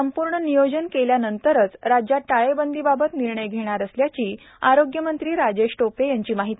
संपूर्ण नियोजन केल्यानंतरच राज्यात टाळेबंदीबाबत निर्णय घेणार असल्याची आरोग्यमंत्री राजेश टोपे यांची माहिती